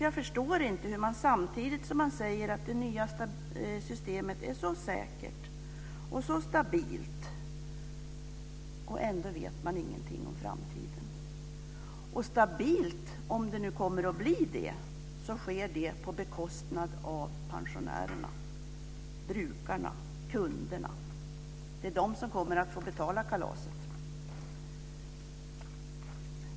Jag förstår inte hur man kan säga att det nya systemet är så säkert och stabilt, samtidigt som man ändå inte vet någonting om framtiden. Om det nu kommer att bli stabilt sker det på bekostnad av pensionärerna, dvs. brukarna eller kunderna. Det är de som kommer att få betala kalaset.